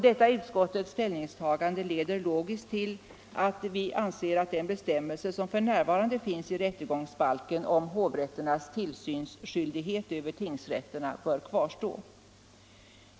Detta leder enligt utskottets mening logiskt till att den bestämmelse som f.n. finns i rättegångsbalken om hovrätternas tillsynsskyldighet över tingsrätterna bör kvarstå.